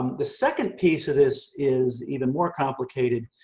um the second piece of this is even more complicated.